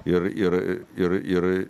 ir ir ir ir